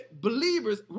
believers